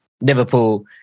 Liverpool